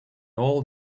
all